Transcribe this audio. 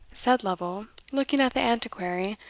said lovel, looking at the antiquary,